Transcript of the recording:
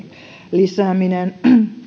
lisääminen